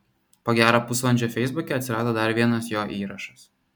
po gero pusvalandžio feisbuke atsirado dar vienas jo įrašas